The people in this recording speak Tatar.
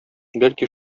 бәлки